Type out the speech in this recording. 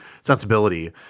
sensibility